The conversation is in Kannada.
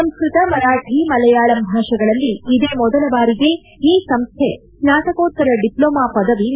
ಸಂಸ್ಕತ ಮರಾಠಿ ಮಲಯಾಳಂ ಭಾಷೆಗಳಲ್ಲಿ ಇದೇ ಮೊದಲ ಬಾರಿಗೆ ಈ ಸಂಸ್ಕೆ ಸ್ನಾತಕೋತ್ತರ ಡಿಪ್ಲೊಮಾ ಪದವಿ ನೀಡಿದೆ